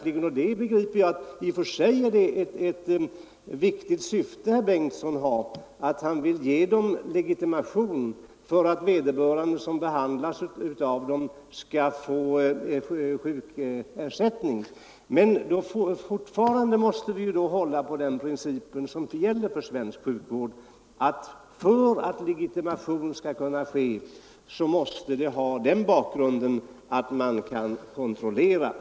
I och för sig är det ett viktigt syfte med herr Bengtssons motion, när han vill ge dessa utövare legitimation, att vederbörande som behandlas skall få sjukersättning. Men fortfarande måste vi hålla på den princip som gäller för svensk sjukvård, nämligen att om legitimation skall ges så måste utövarna ha en sådan bakgrund att den kan kontrolleras.